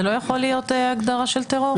זה לא יכול להיות הגדרה של טרור?